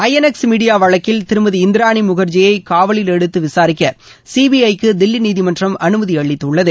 INX media வழக்கில் திருமதி இந்திரானி முகர்ஜியை காவலில் எடுத்து விசாரிக்க சிபிஐ க்கு தில்லி நீதிமன்றம் அனுமதி அளித்துள்ளது